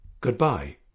goodbye